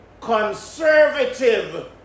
conservative